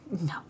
No